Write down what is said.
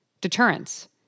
deterrence